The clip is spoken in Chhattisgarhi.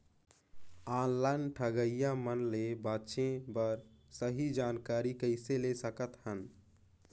ऑनलाइन ठगईया मन ले बांचें बर सही जानकारी कइसे ले सकत हन?